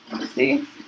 See